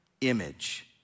image